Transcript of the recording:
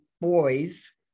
boys